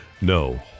No